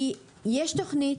יש תוכנית,